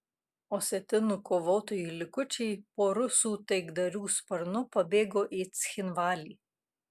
osetinų kovotojų likučiai po rusų taikdarių sparnu pabėgo į cchinvalį